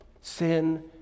sin